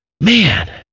man